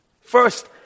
First